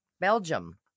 Belgium